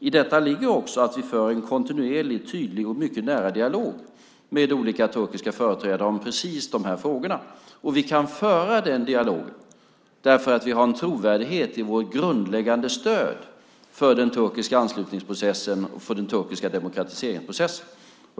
I detta ligger också att vi för en kontinuerlig, tydlig och mycket nära dialog med olika turkiska företrädare om precis de här frågorna. Vi kan föra den dialogen för att vi har en trovärdighet i vårt grundläggande stöd för den turkiska anslutningsprocessen och den turkiska demokratiseringsprocessen.